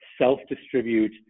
self-distribute